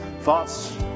thoughts